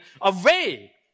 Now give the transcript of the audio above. away